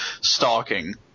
stalking